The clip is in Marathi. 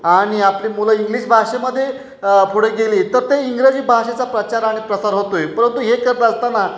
आणि आपली मुलं इंग्लिश भाषेमध्ये पुढं गेली तर ते इंग्रजी भाषेचा प्रचार आणि प्रसार होतो आहे परंतु हे करत असताना